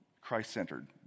Christ-centered